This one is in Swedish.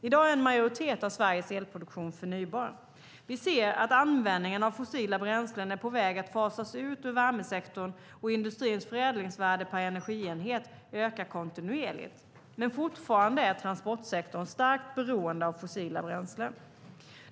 I dag är en majoritet av Sveriges elproduktion förnybar. Vi ser att användningen av fossila bränslen är på väg att fasas ut ur värmesektorn, och industrins förädlingsvärde per energienhet ökar kontinuerligt, men fortfarande är transportsektorn starkt beroende av fossila bränslen.